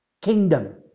Kingdom